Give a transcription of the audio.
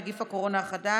נגיף הקורונה החדש)